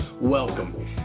welcome